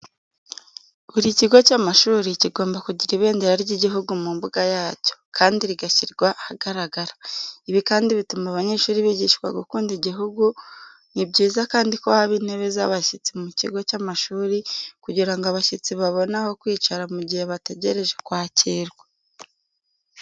Buri kigo cy’amashuri kigomba kugira ibendera ry’igihugu mu mbuga yacyo, kandi rigashyirwa ahagaragara. Ibi kandi bituma abanyeshuri bigishwa gukunda igihugu. Ni byiza kandi ko haba intebe z'abashyitsi mu kigo cy’amashuri, kugira ngo abashyitsi babone aho kwicara mu gihe bategereje kwakirwa.